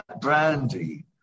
brandy